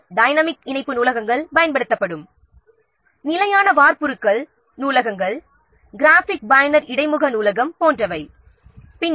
L dynamic இணைப்பு நூலகங்கள் standard template libraries graphic user interface library மற்றும் பல பயன்படுத்தப்படும்